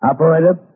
Operator